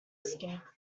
escape